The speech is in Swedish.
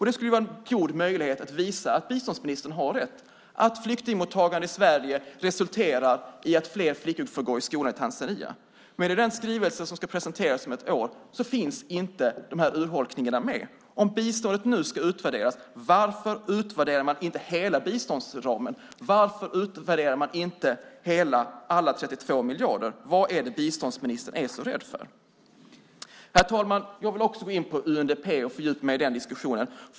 Det skulle vara en god möjlighet att visa att biståndsministern har rätt, att flyktingmottagande i Sverige resulterar i att fler flickor får gå i skolan i Tanzania. Men i den skrivelse som ska presenteras om ett år finns inte de här urholkningarna med. Om biståndet nu ska utvärderas, varför utvärderar man inte hela biståndsramen? Varför utvärderar man inte alla 32 miljarder? Vad är det biståndsministern är så rädd för? Herr talman! Jag vill också gå in på UNDP och fördjupa mig i den diskussionen.